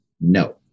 No